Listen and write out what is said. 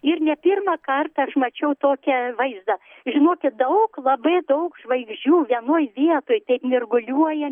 ir ne pirmą kartą aš mačiau tokią vaizdą žinokit daug labai daug žvaigždžių vienoj vietoj taip mirguliuoja